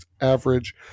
average